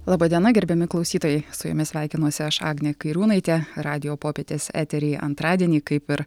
laba diena gerbiami klausytojai su jumis sveikinuosi aš agnė kairiūnaitė radijo popietės eteryje antradienį kaip ir